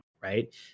right